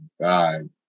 god